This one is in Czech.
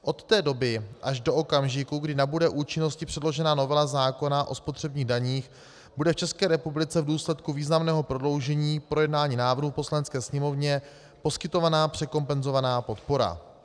Od té doby až do okamžiku, kdy nabude účinnosti předložená novela zákona o spotřebních daních, bude v České republice v důsledku významného prodloužení projednání návrhu v Poslanecké sněmovně poskytována překompenzovaná podpora.